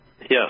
Yes